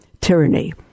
Tyranny